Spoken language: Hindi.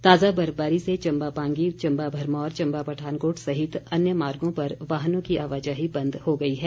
ताज़ा बर्फबारी से चम्बा पांगी चम्बा भरमौर चम्बा पठानकोट सहित अन्य मार्गो पर वाहनों की आवाजाही बंद हो गई है